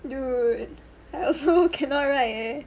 dude I also cannot write eh